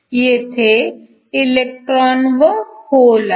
येथे इलेक्ट्रॉन व होल आहेत